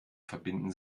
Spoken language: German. verbinden